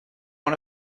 one